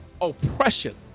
oppression